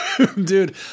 dude